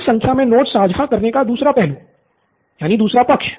अधिक संख्या में नोट्स साझा करने का दूसरा पक्ष